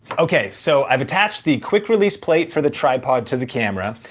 okay, so i've attached the quick release plate for the tripod to the camera.